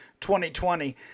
2020